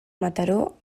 mataró